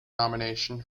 nomination